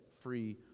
free